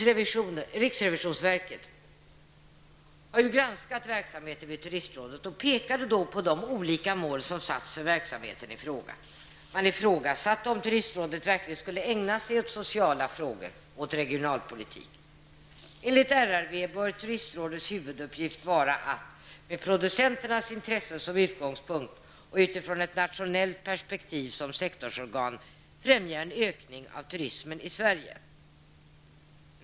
Riksrevisionsverket har ju granskat verksamheten vid turistrådet, och man pekade då på de olika mål som har satts upp för verksamheten i fråga. Man ifrågasatte om turistrådet verkligen skulle ägna sig åt sociala frågor och regionalpolitik. Enligt RRV bör turistrådets huvuduppgift vara att med producenternas intresse som utgångspunkt och utifrån ett nationellt perspektiv, som sektorsorgan främja en ökning av turismen i Sverige.